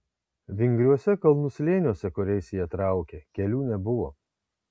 vingriuose kalnų slėniuose kuriais jie traukė kelių nebuvo